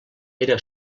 era